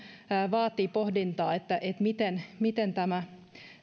vaatii pohdintaa miten miten tämä